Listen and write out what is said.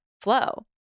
flow